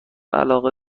علاقه